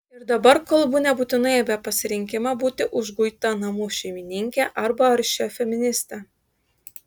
ir dabar kalbu nebūtinai apie pasirinkimą būti užguita namų šeimininke arba aršia feministe